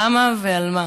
למה ועל מה?